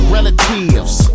Relatives